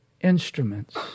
instruments